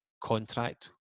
contract